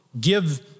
give